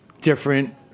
different